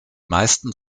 meisten